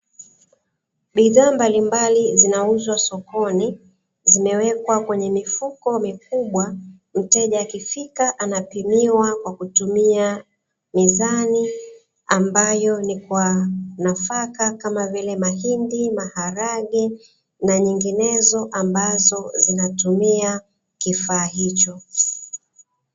Bidhaa mbalimbali zinauzwa sokoni, zimewekwa kwenye mifuko mikubwa, mteja akifika anapimiwa kwa kutumia mizani ambayo ni kwa nafaka kama vile; mahindi, maharage na nyinginezo ambazo zinatumia kifaa hicho.